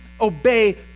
obey